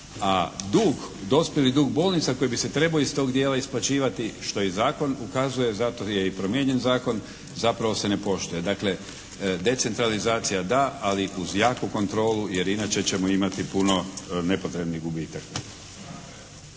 dospjeli dug bolnica koji bi se trebao iz tog dijela isplaćivati što i zakon ukazuje, zato je i promijenjen zakon, zapravo se ne poštuje. Dakle decentralizacija da, ali uz jaku kontrolu, jer inače ćemo imati puno nepotrebnih gubitaka.